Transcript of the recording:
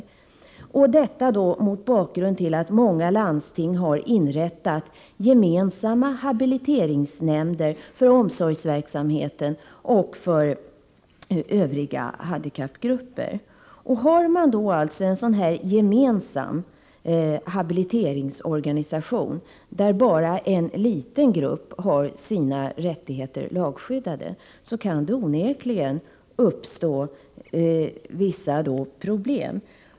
Detta borde vi kunna göra mot bakgrund av att många landsting har inrättat gemensamma habiliteringsnämnder för omsorgsverksamheten och för övriga handikappgrupper. Har man en gemensam habiliteringsorganisation där bara en liten grupp har sina rättigheter lagskyddade, kan det onekligen uppstå vissa problem.